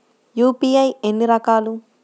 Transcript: UPI ఎన్ని రకాలు?